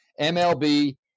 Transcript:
MLB